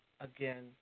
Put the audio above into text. again